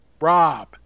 Rob